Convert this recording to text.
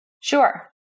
Sure